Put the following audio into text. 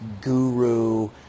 guru